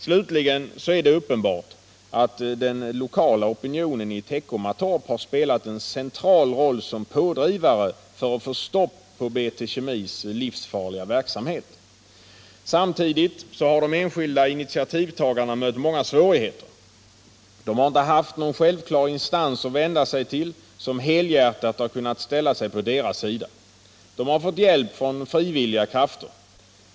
Om giftspridningen Slutligen är det uppenbart att den lokala opinionen i Teckomatorp i Teckomatorp, spelat en central roll som pådrivare för att få stopp på BT Kemis livsfarliga — m.m. verksamhet. Samtidigt har de enskilda initiativtagarna mött många svå righeter. De har inte haft någon självklar instans att vända sig till, som helhjärtat har kunnat ställa sig på deras sida. De har fått hjälp från fri villiga krafter.